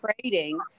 trading